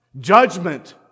judgment